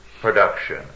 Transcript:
production